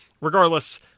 regardless